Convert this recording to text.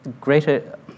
greater